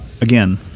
Again